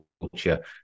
culture